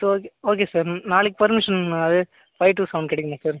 okay sir நாளைக்கு permission அதே five to seven கிடைக்குமா சார்